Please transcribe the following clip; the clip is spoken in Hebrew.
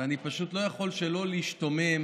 ואני פשוט לא יכול שלא להשתומם